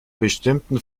bestimmten